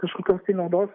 kažkokios tai naudos